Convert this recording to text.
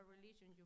religion